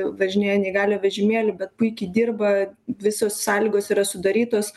važinėja neįgaliojo vežimėliu bet puikiai dirba visos sąlygos yra sudarytos